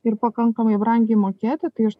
ir pakankamai brangiai mokėti tai aš